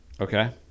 Okay